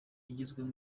igezweho